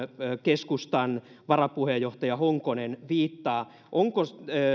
keskustan varapuheenjohtaja honkonen viittaa onko